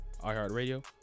iHeartRadio